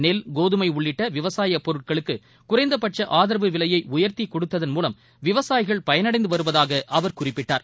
நெல் கோதுமை உள்ளிட்ட விவசாய பொருட்களுக்கு குறைந்தபட்ச ஆதரவு விலையை உயர்த்தி கொடுத்தன் மூலம் விவசாயிகள் பயனடைந்து வருவதாக அவர் குறிப்பிட்டார்